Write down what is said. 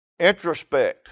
Introspect